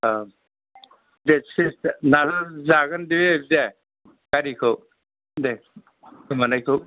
औ दे सेस नाजाजागोन बे दे गारिखौ दे गोमानायखौ